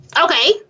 Okay